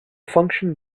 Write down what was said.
function